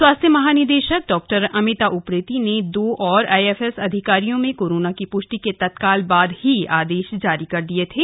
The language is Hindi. स्वास्थ्य महानिदेशक डॉ अमिता उप्रेती ने दो और आईएफएस अधिकारियों में कोरोना की पृष्टि के तत्काल बाद ही आदेश जारी कर दिए थे